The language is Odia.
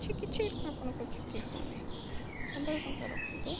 କିଛି କିଛି ଆପଣଙ୍କର କ୍ଷତି ହବ ନାହିଁ ପନ୍ଦର ଟଙ୍କା ରଖନ୍ତୁ